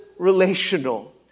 relational